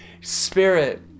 Spirit